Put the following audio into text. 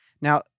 Now